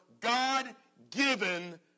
God-given